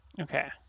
Okay